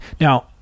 Now